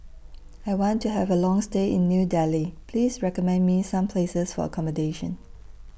I want to Have A Long stay in New Delhi Please recommend Me Some Places For accommodation